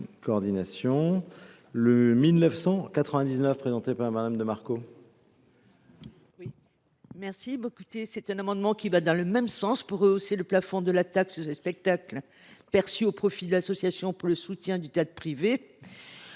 I 1999, présenté par Mme de Marco,